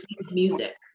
music